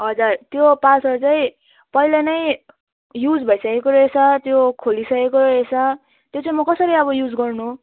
हजुर त्यो पार्सल चाहिँ पहिला नै युज भइसकेको रहेछ त्यो खोलिसकेको रहेछ त्यो चाहिँ म कसरी अब युज गर्नु